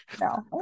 No